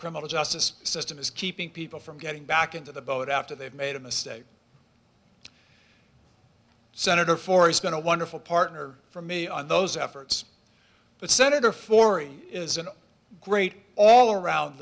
criminal justice system is keeping people from getting back into the boat after they've made a mistake senator for is going to a wonderful partner for me on those efforts but senator for it is an great all around